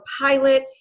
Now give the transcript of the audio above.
pilot